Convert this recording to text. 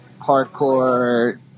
hardcore